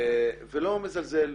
אני לא מזלזל,